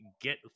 get